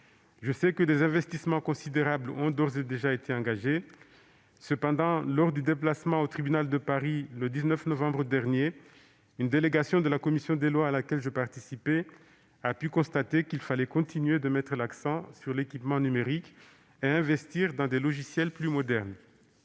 Je sais que des investissements considérables ont d'ores et déjà été engagés. Cependant, lors d'un déplacement au tribunal de Paris le 19 novembre dernier, une délégation de la commission des lois à laquelle j'ai participé a pu constater qu'il fallait continuer de mettre l'accent sur l'équipement numérique et investir dans des logiciels plus modernes.